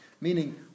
Meaning